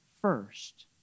first